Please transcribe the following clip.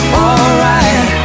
alright